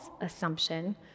assumption